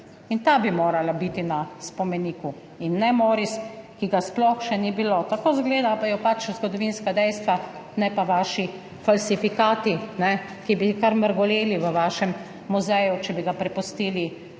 Ta bi morala biti na spomeniku in ne MORiS, ki ga sploh še ni bilo. Tako pač izgledajo zgodovinska dejstva, ne pa vaši falzifikati, ki bi kar mrgoleli v vašem muzeju, če bi ga prepustili